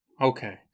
Okay